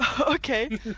Okay